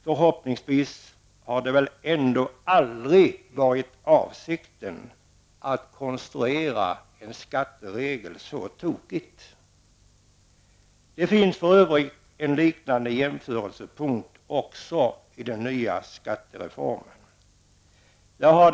Förhoppningsvis har det väl ändå aldrig varit avsikten att konstruera en skatteregel så tokigt. Det finns för övrigt en liknande jämförelsepunkt även i den nya skattereformen.